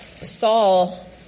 Saul